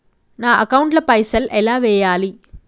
నా అకౌంట్ ల పైసల్ ఎలా వేయాలి?